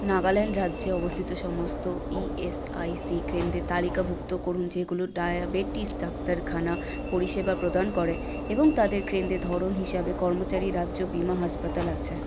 নাগাল্যান্ড রাজ্যে অবস্থিত সমস্ত ইএসআইসি কেন্দ্রের তালিকাভুক্ত করুন যেগুলো ডায়াবেটিস ডাক্তারখানা পরিষেবা প্রদান করে এবং তাদের কেন্দ্রের ধরন হিসাবে কর্মচারী রাজ্য বিমা হাসপাতাল আছে